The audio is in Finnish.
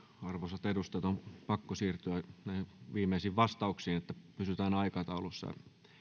arvoisat edustajat on pakko siirtyä näihin viimeisiin vastauksiin että pysytään aikataulussa